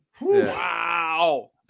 Wow